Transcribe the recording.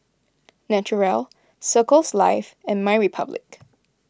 Naturel Circles Life and MyRepublic